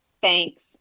Thanks